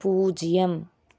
பூஜ்ஜியம்